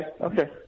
okay